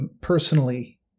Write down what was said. personally